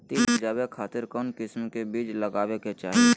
तिल उबजाबे खातिर कौन किस्म के बीज लगावे के चाही?